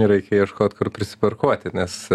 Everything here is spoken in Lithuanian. reikia ieškot kur prisiparkuoti nes